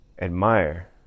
admire